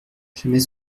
jamais